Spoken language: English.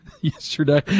yesterday